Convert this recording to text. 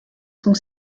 sont